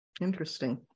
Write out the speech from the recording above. Interesting